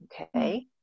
Okay